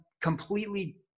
completely